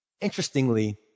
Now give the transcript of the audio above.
Interestingly